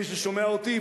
מי ששומע אותי,